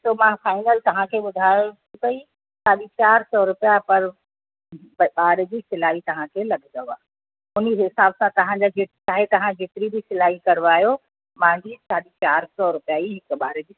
त मां फ़ाइनल तव्हांखे ॿुधायो पई साढी चारि सौ रुपिया पर ॿार जी सिलाई तव्हांखे लॻदव उनजे हिसाब सां तव्हांखे जेके चाहे तव्हां जेतिरी बि सिलाई करवायो मुंहिंजी साढी चारि सौ रुपिया ई हिक ॿार जी